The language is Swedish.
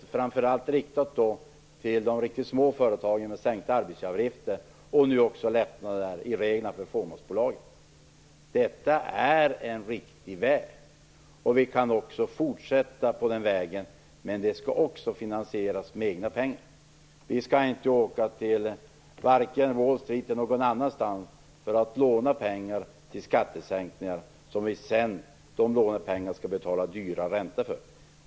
Det är framför allt riktat till de riktigt små företagen genom sänkta arbetsgivaravgifter. Nu genomför vi också lättnader i reglerna för fåmansbolagen. Detta är en riktig väg. Vi kan också fortsätta på den vägen, men det skall också finansieras med egna pengar. Vi skall inte åka till Wall Street eller någon annanstans för att låna pengar till skattesänkningar och sedan betala dyra räntor på dessa pengar.